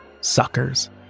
Suckers